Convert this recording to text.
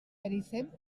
mereixem